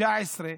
19,